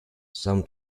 some